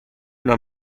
una